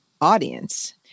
audience